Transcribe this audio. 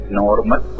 normal